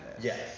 Yes